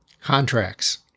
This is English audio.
Contracts